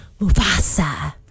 Mufasa